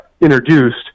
introduced